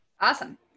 Awesome